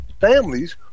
Families